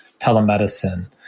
telemedicine